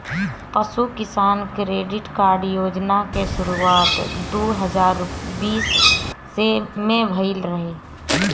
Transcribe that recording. पशु Kisan credit card योजना के शुरुआत दू हज़ार बीस में भइल रहे